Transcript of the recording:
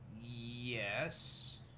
Yes